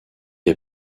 est